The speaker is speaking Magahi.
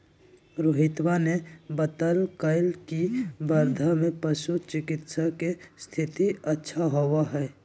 रोहितवा ने बतल कई की वर्धा में पशु चिकित्सा के स्थिति अच्छा होबा हई